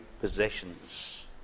possessions